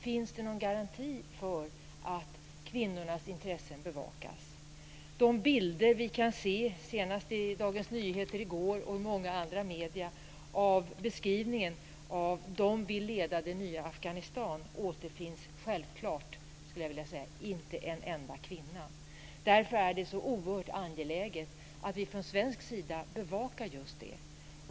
Finns det någon garanti för att kvinnornas intressen bevakas? När det gäller de bilder som vi kan se - senast i går i Dagens Nyheter, men också i många andra medier - av beskrivningen "De vill leda det nya Afhanistan" återfinns självklart, skulle jag vilja säga, inte en enda kvinna. Därför är det oerhört angeläget att vi från svensk sida bevakar just det.